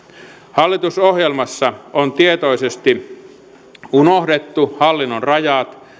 hallitusohjelmassa on tietoisesti unohdettu hallinnon rajat